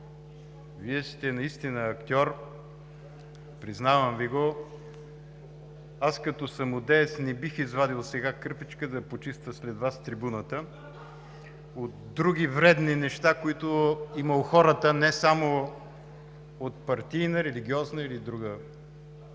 Вие сте наистина актьор, признавам Ви го. Аз като самодеец сега не бих извадил кърпичка да почиствам след Вас трибуната от други вредни неща, които има у хората не само от партийна, религиозна или друга такава